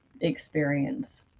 experience